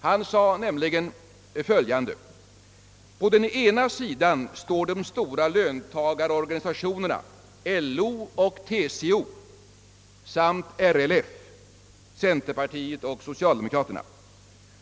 Han sade nämligen följande: »På den ena sidan står de stora löntagarorganisationerna — LO och TCO — samt RLF, centerpartiet och socialdemokraterna.